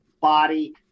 body